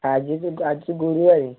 ଆଜିକୁ ତ ଆଜି ତ ଗୁରୁବାର